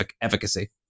efficacy